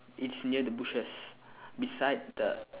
it's near the bushes beside the